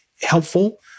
helpful